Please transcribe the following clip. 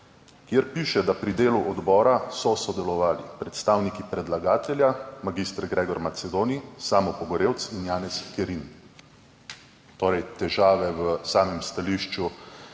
kjer piše, da so pri delu odbora sodelovali predstavniki predlagatelja, mag. Gregor Macedoni, Samo Pogorelc in Janez Kerin. Torej, težave v samem stališču